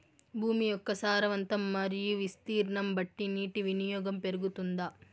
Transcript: భూమి యొక్క సారవంతం మరియు విస్తీర్ణం బట్టి నీటి వినియోగం పెరుగుతుందా?